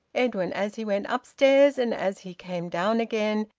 edwin, as he went upstairs and as he came down again,